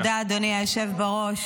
תודה, אדוני היושב בראש.